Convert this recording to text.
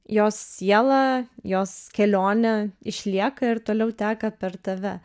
jos siela jos kelionė išlieka ir toliau teka per tave